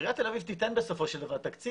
עיריית תל אביב תיתן בסופו של דבר תקציב.